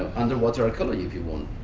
underwater ecology, if you want.